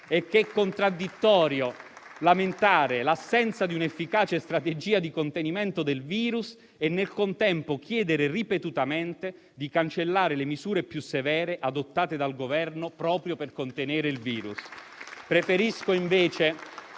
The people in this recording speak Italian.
e che è contraddittorio lamentare l'assenza di un'efficace strategia di contenimento del virus e, nel contempo, chiedere ripetutamente di cancellare le misure più severe adottate dal Governo, proprio per contenere il virus. Preferisco invece